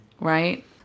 right